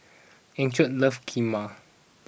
Enoch loves Kheema